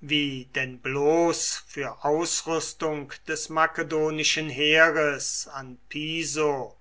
wie denn bloß für ausrüstung des makedonischen heeres an piso